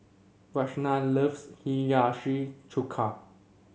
Ragna loves Hiyashi Chuka